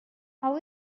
how